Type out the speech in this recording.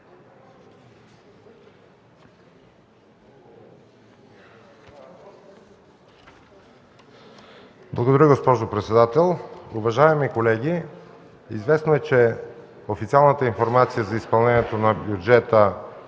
Благодаря, госпожо председател. Уважаеми колеги, известно е, че официалната информация за изпълнението на бюджета,